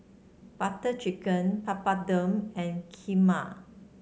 Butter Chicken Papadum and Kheema